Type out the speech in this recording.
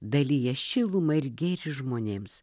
dalija šilumą ir gėrį žmonėms